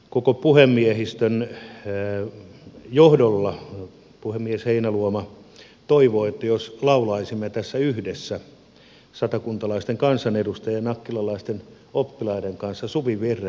koko puhemiehistön johdolla puhemies heinäluoma toivoi että jos laulaisimme tässä yhdessä satakuntalaisten kansanedustajien ja nakkilalaisten oppilaiden kanssa suvivirren